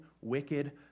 wicked